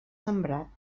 sembrat